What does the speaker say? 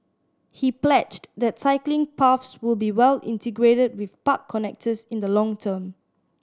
he pledged that cycling paths will be well integrated with park connectors in the long term